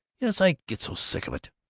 yes. i get so sick of it.